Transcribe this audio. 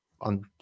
on